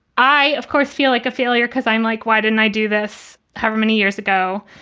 i, of course, feel like a failure because i'm like, why didn't i do this however many years ago?